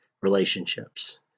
relationships